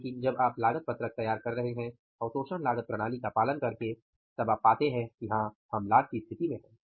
लेकिन जब आप लागत पत्रक तैयार कर रहे हैं अवशोषण लागत प्रणाली का पालन करके तब आप पाते हैं कि हां हम लाभ की स्थिति में हैं